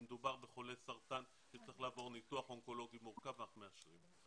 אם מדובר בחולה סרטן שצריך לעבור ניתוח אונקולוגי מורכב אנחנו מאשרים.